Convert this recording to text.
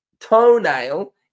toenail